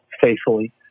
faithfully